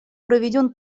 проведен